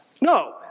No